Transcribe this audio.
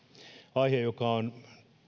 aihe on